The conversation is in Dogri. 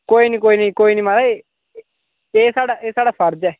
कोई नी कोई नी कोई नी महाराज एह् साढ़ा एह् साढ़ा फर्ज ऐ